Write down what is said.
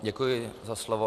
Děkuji za slovo.